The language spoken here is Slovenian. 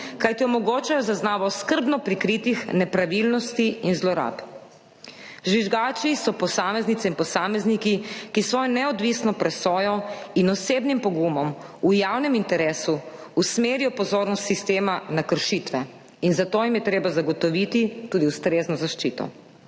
kajti omogočajo zaznavo skrbno prikritih nepravilnosti in zlorab. Žvižgači so posameznice in posamezniki, ki s svojo neodvisno presojo in osebnim pogumom v javnem interesu usmerijo pozornost sistema na kršitve, in zato jim je treba zagotoviti tudi ustrezno zaščito.